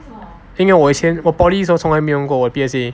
因为我以前我 poly 从来没用过我 P_S_A